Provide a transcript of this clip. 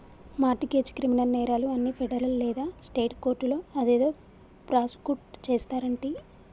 mart గెజ్, criminal నేరాలు అన్ని federal లేదా స్టేట్ కోర్టులో అదేదో ప్రాసుకుట్ చేస్తారంటి